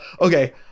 Okay